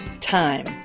time